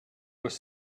was